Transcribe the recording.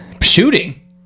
Shooting